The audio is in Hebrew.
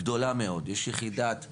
גדולה מאוד, יש יחידת "מגן"